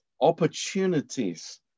opportunities